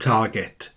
Target